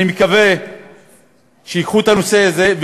אני מקווה שייקחו את הנושא הזה,